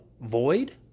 void